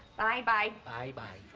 bye bye. bye bye.